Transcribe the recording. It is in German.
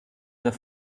der